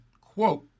quote